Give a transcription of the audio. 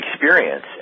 experience